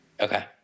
Okay